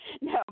No